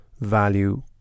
value